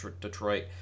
Detroit